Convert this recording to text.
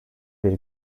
bir